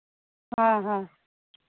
हाँ हाँ